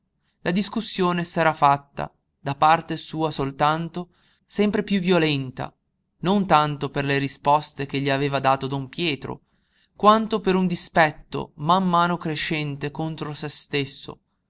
la discussione s'era fatta da parte sua soltanto sempre piú violenta non tanto per le risposte che gli aveva dato don pietro quanto per un dispetto man mano crescente contro se stesso